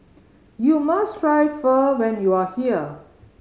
you must try Pho when you are here